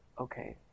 okay